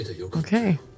Okay